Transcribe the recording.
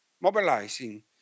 mobilizing